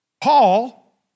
Paul